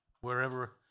wherever